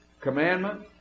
commandment